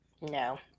No